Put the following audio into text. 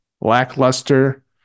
lackluster